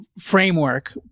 Framework